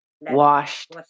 Washed